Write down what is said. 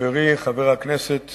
חברי חבר הכנסת